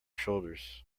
shoulders